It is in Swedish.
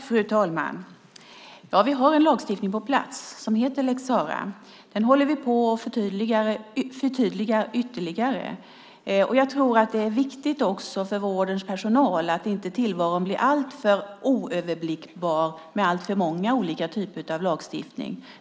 Fru talman! Vi har en lagstiftning på plats som heter lex Sarah och som vi just nu förtydligar ytterligare. Jag tror att det är viktigt för vårdens personal att tillvaron inte blir alltför oöverblickbar med alltför många olika typer av lagstiftning.